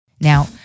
Now